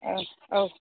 औ औ